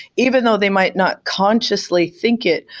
even though they might not consciously think it,